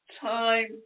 time